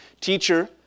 Teacher